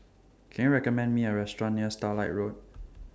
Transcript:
Can YOU recommend Me A Restaurant near Starlight Road